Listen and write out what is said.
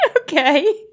Okay